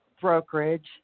brokerage